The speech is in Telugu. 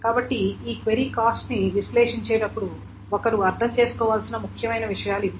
కాబట్టి ఈ క్వెరీ కాస్ట్ ని విశ్లేషించేటప్పుడు ఒకరు అర్థం చేసుకోవలసిన ముఖ్యమైన విషయాలు ఇవి